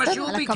זה מה שהוא מבקש.